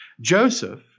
Joseph